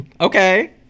Okay